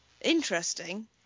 interesting